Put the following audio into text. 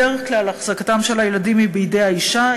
בדרך כלל החזקת הילדים היא בידי האישה,